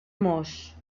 mos